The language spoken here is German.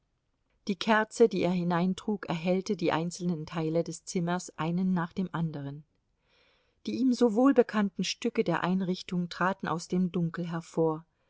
die kerze die er hineintrug erhellte die einzelnen teile des zimmers einen nach dem anderen die ihm so wohlbekannten stücke der einrichtung traten aus dem dunkel hervor